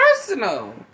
personal